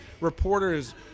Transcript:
reporters